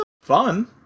fun